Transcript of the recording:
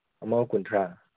ꯑꯃꯒ ꯀꯨꯟꯊ꯭ꯔꯥ